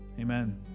amen